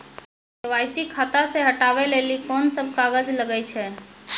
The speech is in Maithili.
के.वाई.सी खाता से हटाबै लेली कोंन सब कागज लगे छै?